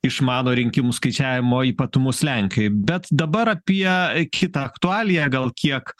išmano rinkimų skaičiavimo ypatumus lenkijoj bet dabar apie kitą aktualiją gal kiek